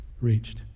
reached